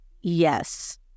Yes